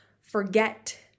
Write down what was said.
forget